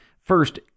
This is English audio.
First